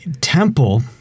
temple